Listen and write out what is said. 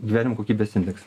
gyvenimo kokybės indeksą